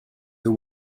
the